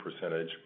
percentage